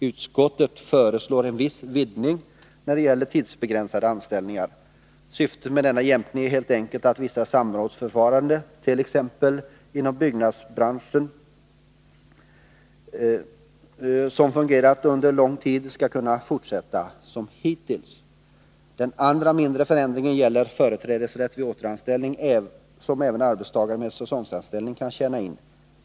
Utskottet föreslår en viss vidgning när det gäller tidsbegränsade anställningar. Syftet med denna jämkning är helt enkelt att vissa samrådsförfaranden, t.ex. inom byggnadsbranschen, som fungerat under lång tid skall kunna fortsätta som hittills. Den andra mindre förändringen gäller den företrädesrätt till återanställning som även arbetstagare med säsonganställning kan tjäna in.